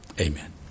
Amen